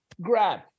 grab